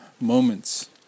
moments